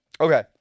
Okay